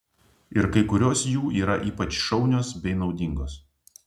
ir kai kurios jų yra ypač šaunios bei naudingos